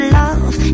love